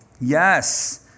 Yes